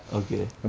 okay